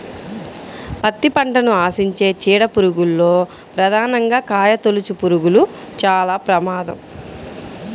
పత్తి పంటను ఆశించే చీడ పురుగుల్లో ప్రధానంగా కాయతొలుచుపురుగులు చాలా ప్రమాదం